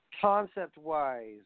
Concept-wise